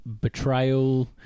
betrayal